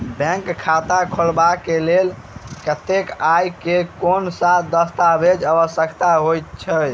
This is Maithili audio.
बैंक खाता खोलबाबै केँ लेल केतना आ केँ कुन सा दस्तावेज केँ आवश्यकता होइ है?